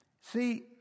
See